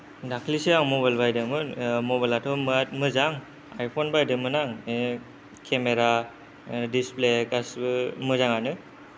दाख्लैसो आं मबाइल बायदोंमोन मबाइल आथ' बिराद मोजां आयफ'न बायदोंमोन आं केमेरा दिसप्ले गासैबो मोजाङानो